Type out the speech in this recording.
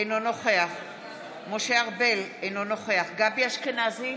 אינו נוכח משה ארבל, אינו נוכח גבי אשכנזי,